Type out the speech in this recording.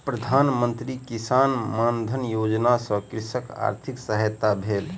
प्रधान मंत्री किसान मानधन योजना सॅ कृषकक आर्थिक सहायता भेल